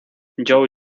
joe